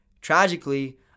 Tragically